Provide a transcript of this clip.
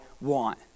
want